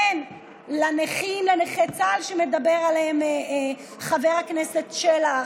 כן, לנכים, לנכי צה"ל שמדבר עליהם חבר הכנסת שלח,